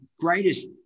greatest